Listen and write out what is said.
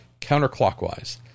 counterclockwise